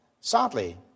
Sadly